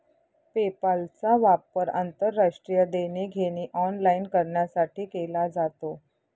पेपालचा वापर आंतरराष्ट्रीय देणी घेणी ऑनलाइन करण्यासाठी केला जातो